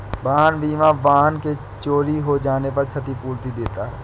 वाहन बीमा वाहन के चोरी हो जाने पर क्षतिपूर्ति देती है